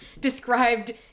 described